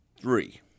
three